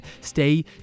stay